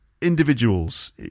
individuals